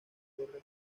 torre